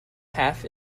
half